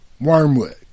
wormwood